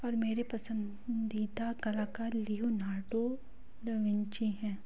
और मेरे पसंदीदा कलाकार लियोनार्दो डा विंची हैं